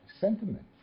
sentiment